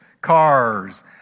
cars